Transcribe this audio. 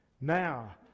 Now